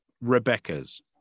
Rebecca's